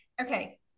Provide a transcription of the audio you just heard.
okay